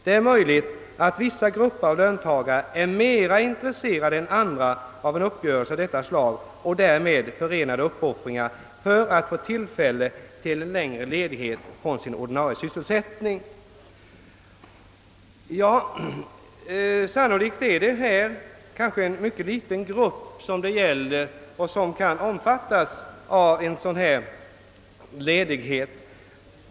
Det är möjligt att vissa grupper av löntagare är mera intresserade än andra av en uppgörelse av detta slag och därmed förenade uppoffringar för att få tillfälle till en längre ledighet från sin ordinarie sysselsättning.» Sannolikt är det en mycket liten grupp som kan omfattas av en dylik ledighet.